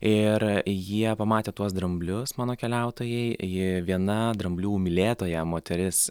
ir jie pamatė tuos dramblius mano keliautojai ji viena dramblių mylėtoja moteris